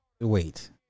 Wait